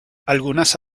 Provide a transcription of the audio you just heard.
algunas